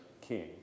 king